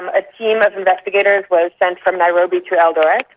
a team of investigators was sent from nairobi to eldoret,